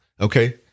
Okay